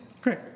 Great